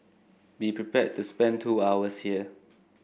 be prepared to spend two hours here